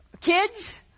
kids